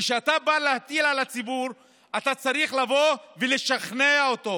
כשאתה בא להטיל על הציבור אתה צריך לבוא ולשכנע אותו.